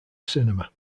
cinema